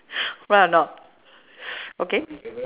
right or not okay